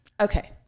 Okay